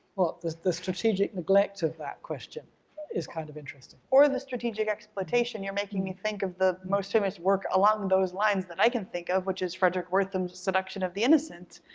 the the strategic neglect of that question is kind of interesting. or and the strategic exploitation. you're making me think of the most famous work along those lines that i can think of, which is fredric wertham's seduction of the innocent,